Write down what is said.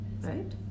right